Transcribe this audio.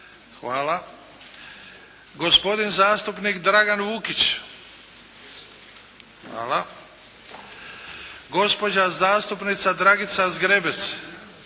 gospodin zastupnik Dragan Vukić – prisežem, gospođa zastupnica Dragica Zgrebec